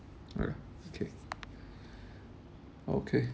okay okay